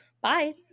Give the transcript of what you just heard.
Bye